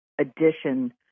addition